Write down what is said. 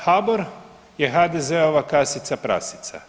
HBOR je HDZ-ova kasica prasica.